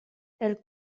elle